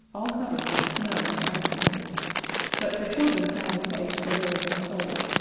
all covered with snow and icicles but the children found a place where there was a hole,